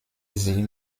sie